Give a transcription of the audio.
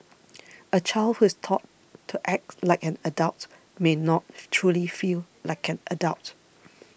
a child who is taught to act like an adult may not truly feel like an adult